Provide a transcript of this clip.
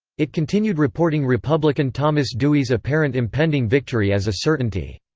it continued reporting republican thomas dewey's apparent impending victory as a certainty.